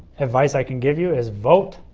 advice i can give you is vote.